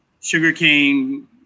sugarcane